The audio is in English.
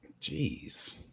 Jeez